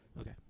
Okay